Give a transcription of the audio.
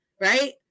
right